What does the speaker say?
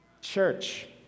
Church